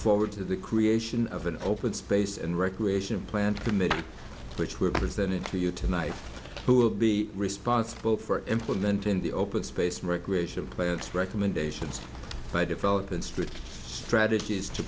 forward to the creation of an open space and recreation plant committee which were presented to you tonight who will be responsible for implementing the open space recreation by its recommendations by developing strict strategies to